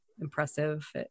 impressive